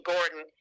Gordon